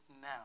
now